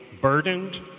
burdened